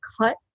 cut